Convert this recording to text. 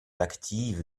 active